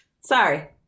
Sorry